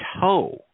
toe